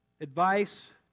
Advice